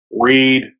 read